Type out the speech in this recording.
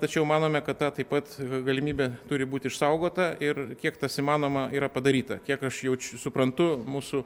tačiau manome kad ta taip pat galimybė turi būti išsaugota ir kiek tas įmanoma yra padaryta kiek aš jaučiu suprantu mūsų